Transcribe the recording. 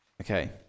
Okay